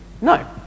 No